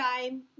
time